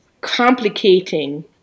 complicating